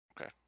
Okay